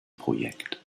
projekt